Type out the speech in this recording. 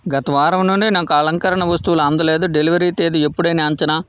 గత వారం నుండి నాకు అలంకరణ వస్తువులు అందలేదు డెలివరీ తేదీ ఎప్పుడని అంచనా